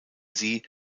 sie